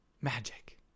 magic